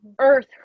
earth